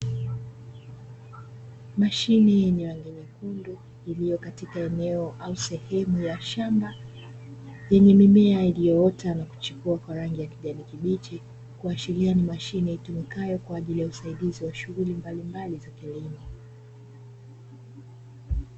Mashine yenye rangi nyekundu, iliyo katika eneo au sehemu ya shamba lenye mimea iliyoota na kuchipua kwa rangi ya kijani kibichi, kuashiria ni mashine itumikayo kwa ajili ya usaidizi wa shughuli mbalimbali za kilimo.